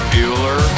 Bueller